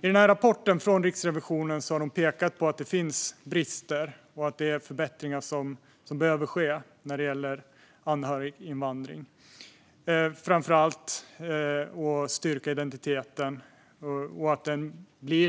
I rapporten från Riksrevisionen har man pekat på att det finns brister och att förbättringar behöver ske när det gäller anhöriginvandring, framför allt när det handlar om att styrka identiteten. Att det